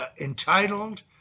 entitled